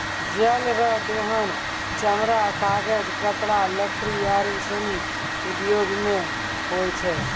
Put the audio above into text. जल रो दोहन चमड़ा, कागज, कपड़ा, लकड़ी आरु सनी उद्यौग मे होय छै